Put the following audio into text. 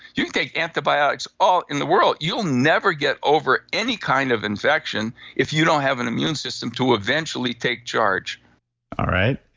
you can take antibiotics all in the world, you'll never get over any kind of infection if you don't have an immune system to eventually take charge all right.